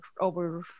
over